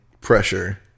pressure